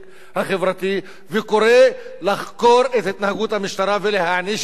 וקורא לחקור את התנהגות המשטרה ולהעניש את האחראים.